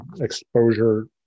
exposure